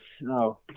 No